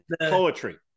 poetry